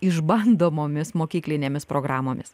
išbandomomis mokyklinėmis programomis